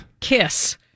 KISS